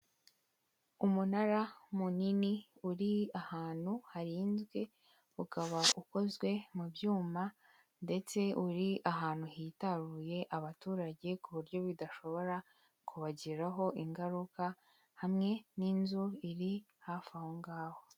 Umunara munini uri ahantu harinzwe ukaba ukozwe mu byuma ndetse uri ahantu hitaruye abaturage ku buryo bidashobora kubagiraho ingaruka, hamwe n'inzu iri hafi aho ngaho.